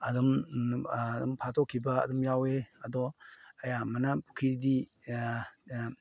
ꯑꯗꯨꯝ ꯐꯥꯠꯇꯣꯛꯈꯤꯕ ꯑꯗꯨꯝ ꯌꯥꯎꯏ ꯑꯗꯣ ꯑꯌꯥꯝꯕꯅ ꯄꯨꯈ꯭ꯔꯤꯗꯤ